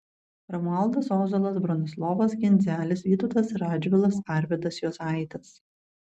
romualdas ozolas bronislovas genzelis vytautas radžvilas arvydas juozaitis